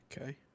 Okay